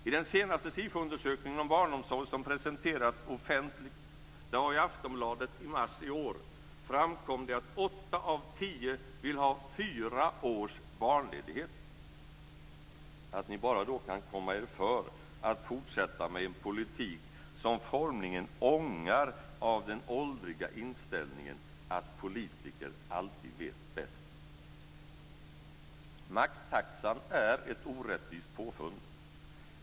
I den senaste SIFO-undersökningen om barnomsorg som presenterats offentligt - det var i Aftonbladet i mars i år - framkom det att åtta av tio vill ha fyra års barnledighet. Att ni då bara kan komma er för att fortsätta med en politik som formligen ångar av den åldriga inställningen att politiker alltid vet bäst. Maxtaxan är ett orättvist påfund.